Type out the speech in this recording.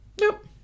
Nope